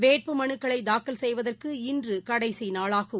வேட்புமனுக்களைதாக்கல் செய்வதற்கு இன்றுகடைசிநாளாகும்